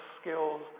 skills